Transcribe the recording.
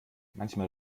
manchmal